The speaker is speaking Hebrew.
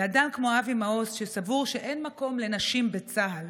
לאדם כמו אבי מעוז, שסבור שאין מקום לנשים בצה"ל